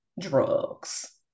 drugs